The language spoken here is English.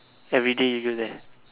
everyday you go there